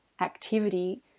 activity